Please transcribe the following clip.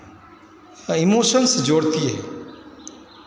emotions जोड़ती है